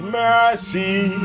mercy